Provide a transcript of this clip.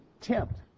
tempt